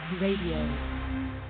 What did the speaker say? radio